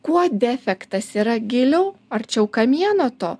kuo defektas yra giliau arčiau kamieno to